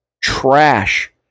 trash